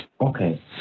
Okay